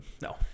No